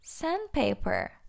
Sandpaper